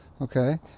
Okay